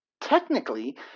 Technically